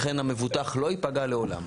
לכן המבוטח לא ייפגע לעולם.